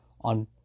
on